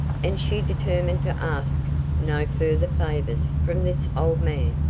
and she determined to ask no further favors from this old man.